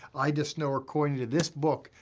i just know, according to this book,